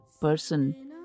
person